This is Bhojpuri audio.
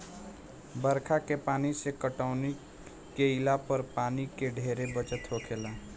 बरखा के पानी से पटौनी केइला पर पानी के ढेरे बचत होखेला